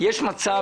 יש מצב,